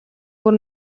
бүр